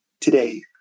today